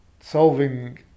solving